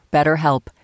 BetterHelp